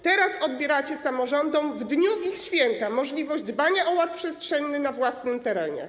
Teraz odbieracie samorządom, w dniu ich święta, możliwość dbania o ład przestrzenny na własnym terenie.